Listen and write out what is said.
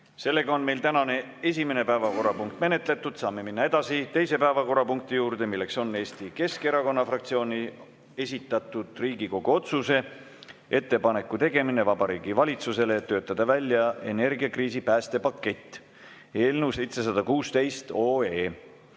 toetust. Meie tänane esimene päevakorrapunkt on menetletud. Saame minna edasi teise päevakorrapunkti juurde. See on Eesti Keskerakonna fraktsiooni esitatud Riigikogu otsuse "Ettepaneku tegemine Vabariigi Valitsusele töötada välja energiakriisi päästepakett" eelnõu 716